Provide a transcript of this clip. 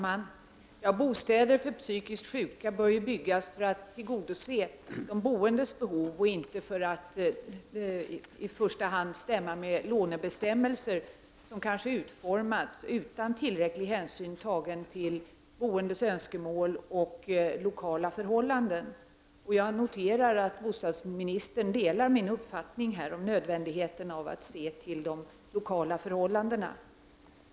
Herr talman! Bostäder för psykiskt sjuka bör byggas för att tillgodose de boendes behov och inte för att i första hand stämma med lånebestämmelser som kanske har utformats utan tillräcklig hänsyn tagen till de boendes önskemål och de lokala förhållandena. Jag noterar att bostadsministern delar min uppfattning om nödvändigheten av att se till de lokala förhållandena.